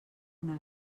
una